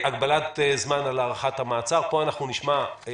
והגבלת זמן על הארכת המעצר פה אנחנו נשמע את